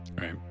right